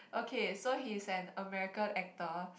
okay so he's an American actor